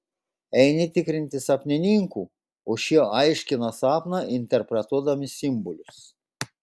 eini tikrinti sapnininkų o šie aiškina sapną interpretuodami simbolius